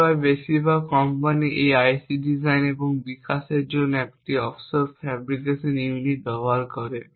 একইভাবে বেশিরভাগ কোম্পানি এই আইসি ডিজাইন এবং বিকাশের জন্য একটি অফশোর ফ্যাব্রিকেশন ইউনিট ব্যবহার করে